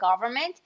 government